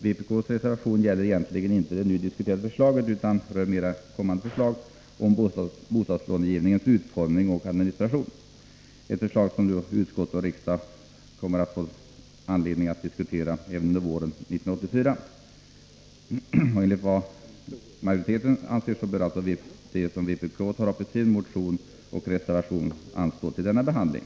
Vpk:s reservation gäller egentligen inte det nu diskuterade förslaget utan rör mera ett kommande förslag om bostadslångivningens utformning och administration, som utskottet och riksdagen förmodligen kommer att få anledning att diskutera under våren 1984. Enligt vad majoriteten anser bör alltså det som vpk tar upp i sin motion och reservation anstå till denna behandling.